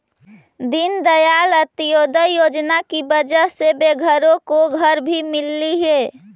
दीनदयाल अंत्योदय योजना की वजह से बेघरों को घर भी मिललई हे